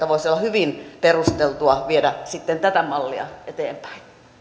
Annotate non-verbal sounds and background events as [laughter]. [unintelligible] voisi olla hyvin perusteltua viedä sitten tätä mallia eteenpäin